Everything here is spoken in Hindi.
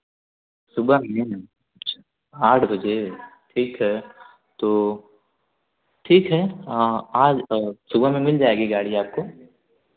सुबह आठ बजे ठीक है तो ठीक है आज सुबह में मिल जाएगी गाड़ी आपको